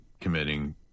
committing